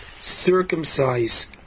circumcise